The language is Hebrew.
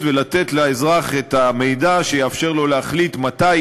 ולתת לאזרח את המידע שיאפשר לו להחליט מתי,